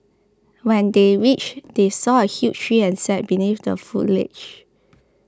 when they reached they saw a huge tree and sat beneath the foliage